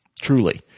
Truly